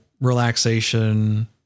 relaxation